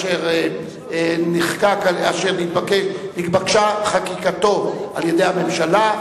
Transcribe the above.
אשר נתבקשה חקיקתו על-ידי הממשלה,